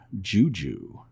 Juju